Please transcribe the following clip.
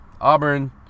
Auburn